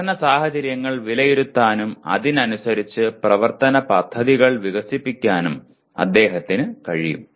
പഠന സാഹചര്യങ്ങൾ വിലയിരുത്താനും അതിനനുസരിച്ച് പ്രവർത്തന പദ്ധതികൾ വികസിപ്പിക്കാനും അദ്ദേഹത്തിന് കഴിയും